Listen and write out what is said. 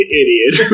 idiot